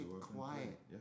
quiet